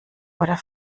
oder